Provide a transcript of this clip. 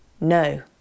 no